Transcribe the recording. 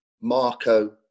Marco